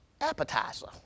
appetizer